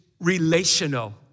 relational